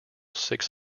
six